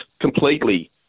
completely